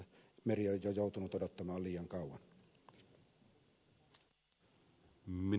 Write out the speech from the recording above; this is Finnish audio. meri on jo joutunut odottamaan liian kauan